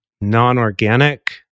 non-organic